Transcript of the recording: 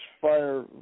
fire